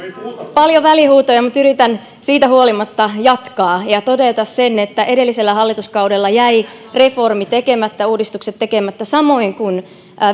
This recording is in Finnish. paljon välihuutoja mutta yritän siitä huolimatta jatkaa ja todeta sen että edellisellä hallituskaudella jäi reformi tekemättä uudistukset tekemättä samoin kuin